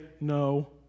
no